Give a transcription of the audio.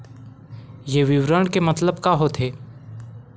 ये विवरण के मतलब का होथे?